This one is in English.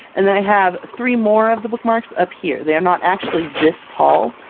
and then i have three more of the bookmarks up here. they are not actually this tall,